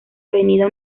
avenida